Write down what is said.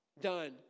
done